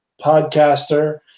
podcaster